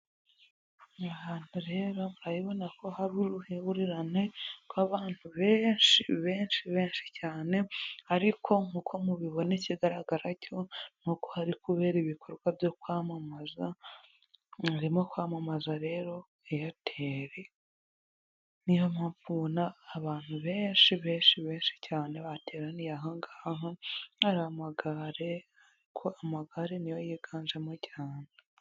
Aha hantu rero murabibona ko hari uruhururane rw'abantu benshi benshi benshi cyane, ariko nk'uko mubibona ikigaragara cyo nuko hari kubera ibikorwa byo kwamamaza bariko kwamamaza rero Airtel. Ni yo mpamvu mubona abantu benshi benshi benshi cyane bateraniye aha ngaha. Hari amagare ni yo yiganjemo cyane.